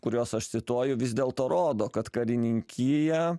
kuriuos aš cituoju vis dėlto rodo kad karininkija